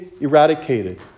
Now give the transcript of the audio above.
eradicated